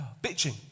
bitching